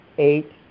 Eight